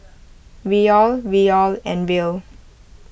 Riyal Riyal and Riel